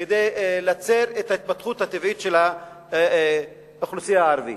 כדי להצר את ההתפתחות הטבעית של האוכלוסייה הערבית?